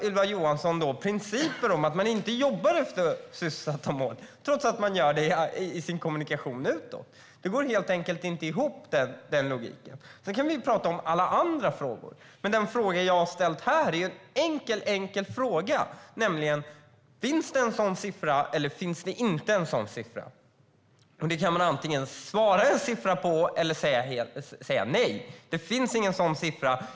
Ylva Johansson åberopar principer om att man inte jobbar med siffersatta mål, trots att man anger det i sin kommunikation utåt. Detta går helt enkelt inte ihop. Sedan kan vi tala om alla andra frågor. Men den fråga som jag har ställt här är enkel, nämligen: Finns det en sådan siffra, eller finns det inte en sådan siffra? Ni kan då svara genom att ange en siffra eller genom att säga nej. Ni kan säga: Det finns ingen sådan siffra.